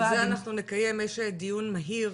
על זה אנחנו נקיים דיון, יש דיון מהיר